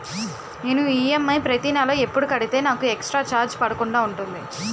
నేను ఈ.ఎమ్.ఐ ప్రతి నెల ఎపుడు కడితే నాకు ఎక్స్ స్త్ర చార్జెస్ పడకుండా ఉంటుంది?